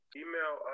email